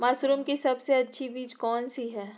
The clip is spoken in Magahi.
मशरूम की सबसे अच्छी बीज कौन सी है?